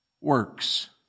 works